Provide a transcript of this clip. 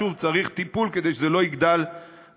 שוב, צריך טיפול כדי שזה לא יגדל מחדש.